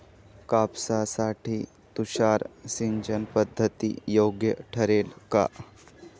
कापसासाठी तुषार सिंचनपद्धती योग्य ठरेल का?